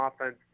offense